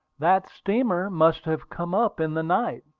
that steamer must have come up in the night,